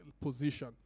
position